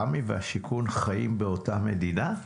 רמ"י והשיכון חיים באותה מדינה?